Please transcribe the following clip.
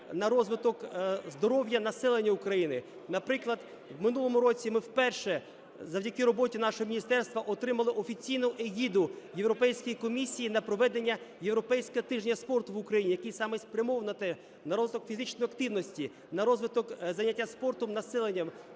на розвиток здоров'я населення України. Наприклад, в минулому році ми вперше завдяки роботі нашого міністерства отримали офіційну егіду Європейської комісії на проведення Європейського тижня спорту в Україні, який саме спрямований на те: на розвиток фізичної активності, на розвиток, зайняття спортом населення,